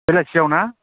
बेलासियाव ना